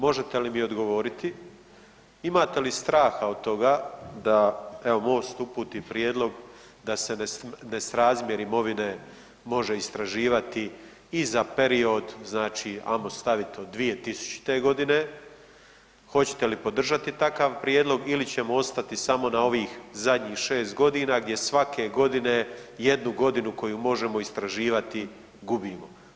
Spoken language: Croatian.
Možete li mi odgovoriti, imate li straha od toga da, evo, Most uputi prijedlog da se nesrazmjer imovine može istraživati i za period, znači, ajmo staviti od 2000. g., hoćete li podržati takav prijedlog ili ćemo ostati samo na ovih zadnjih 6 godina gdje svake godine jednu godinu koju možemo istraživati gubimo?